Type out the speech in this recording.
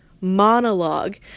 monologue